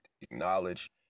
acknowledge